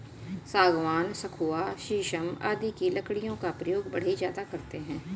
सागवान, सखुआ शीशम आदि की लकड़ियों का प्रयोग बढ़ई ज्यादा करते हैं